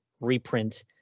reprint